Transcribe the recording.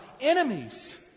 enemies